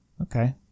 Okay